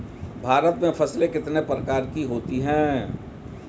भारत में फसलें कितने प्रकार की होती हैं?